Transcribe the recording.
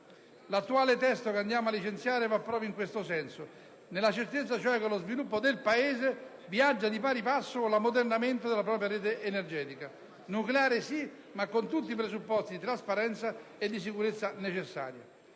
Il testo che andiamo ora a licenziare va proprio in questo senso, nella certezza che lo sviluppo del Paese viaggia di pari passo con l'ammodernamento della propria rete energetica. Nucleare sì, ma con tutti i presupposti di trasparenza e sicurezza necessari.